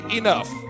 enough